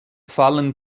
fallen